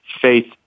faith